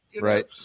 Right